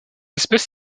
espèce